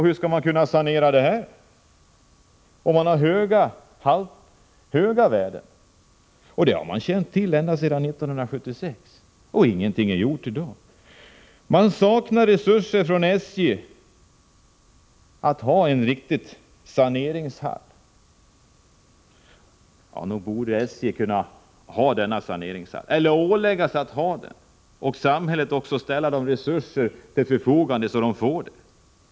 Hur skall man kunna sanera detta? Man har dessutom höga värden, och det har man känt till ända sedan 1976, men ingenting är gjort i dag. SJ saknar resurser, t.ex. en riktig saneringshall. Nog borde SJ kunna åläggas att hålla sig med en sådan saneringshall och samhället ställa resurser till förfogande så att man får den.